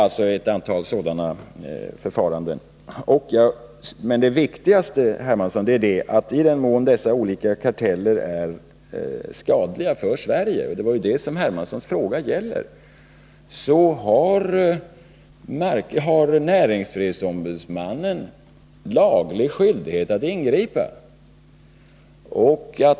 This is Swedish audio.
Men det viktigaste, herr Hermansson, är att i den mån dessa olika karteller är skadliga för Sverige — det var ju det som hans fråga gällde — har näringsfrihetsombudsmannen laglig skyldighet att ingripa.